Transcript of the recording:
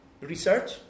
research